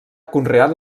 conreat